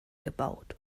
gebaut